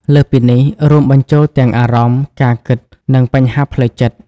លើសពីនេះរួមបញ្ចូលទាំងអារម្មណ៍ ការគិត និងបញ្ហាផ្លូវចិត្ត។